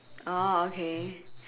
oh okay